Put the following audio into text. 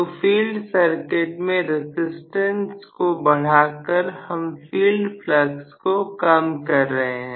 तो field circuit के resistance को बढ़ाकर हम फील्ड फ्लक्स को कम कर रहे हैं